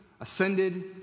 ascended